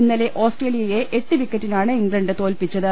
ഇന്നലെ ഓസ്ട്രേലിയയെ എട്ട് വിക്കറ്റിനാണ് ഇംഗ്ലണ്ട് തോൽപ്പിച്ചത്